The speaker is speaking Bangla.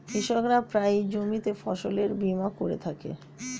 কৃষকরা প্রায়ই জমিতে ফসলের বীমা করে থাকে